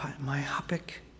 myopic